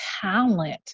talent